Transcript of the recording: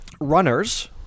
runners